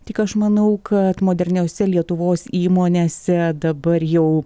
tik aš manau kad moderniose lietuvos įmonėse dabar jau